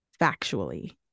factually